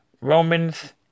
Romans